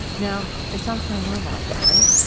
now, it sounds kind of normal, right?